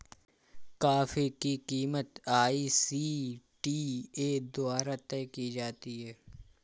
coffee की कीमत ICTA द्वारा तय की जाती है